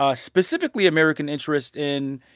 ah specifically, american interest in,